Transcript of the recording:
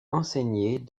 enseignées